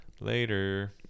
later